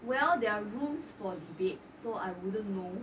well there are rooms for debate so I wouldn't know